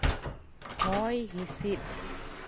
ᱦᱚᱭ ᱦᱤᱸᱥᱤᱫ